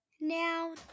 Now